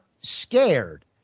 scared